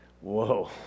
Whoa